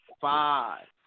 Five